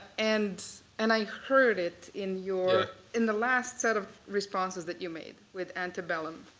and and i heard it in your in the last set of responses that you made with antebellum.